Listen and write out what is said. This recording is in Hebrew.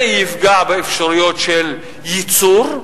יפגע באפשרויות של הייצור,